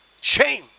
Shame